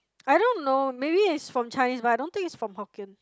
I don't know maybe is from Chinese but I don't think is from Hokkien